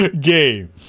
game